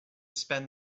spend